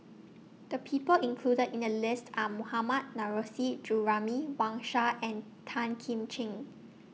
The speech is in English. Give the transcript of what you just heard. The People included in The list Are Mohammad Nurrasyid Juraimi Wang Sha and Tan Kim Ching